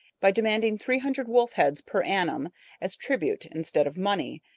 by demanding three hundred wolf heads per annum as tribute instead of money.